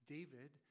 David